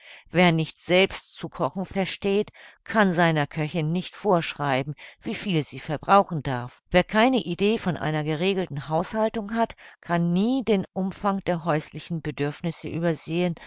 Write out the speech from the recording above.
wer nicht selbst zu kochen versteht kann seiner köchin nicht vorschreiben wie viel sie verbrauchen darf wer keine idee von einer geregelten haushaltung hat kann nie den umfang der häuslichen bedürfnisse übersehen